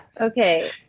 Okay